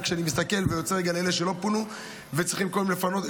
וכשאני מסתכל ויוצא רגע לאלה שלא פונו וצריכים לפנות,